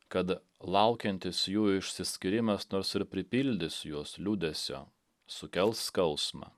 kad laukiantis jų išsiskyrimas nors ir pripildys juos liūdesio sukels skausmą